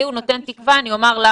לי הוא נותן תקווה, אני אומר למה.